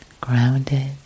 grounded